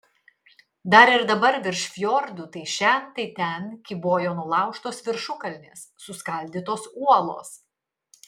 dar ir dabar virš fjordų tai šen tai ten kybojo nulaužtos viršukalnės suskaldytos uolos